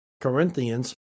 Corinthians